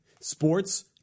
Sports